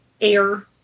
air